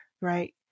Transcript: right